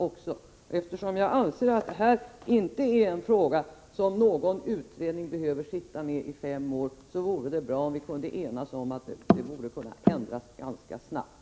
Då det här inte är en fråga som behöver utredas i fem år, borde vi kunna enas om att det skall bli en ändring ganska snart.